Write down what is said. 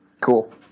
Cool